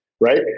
Right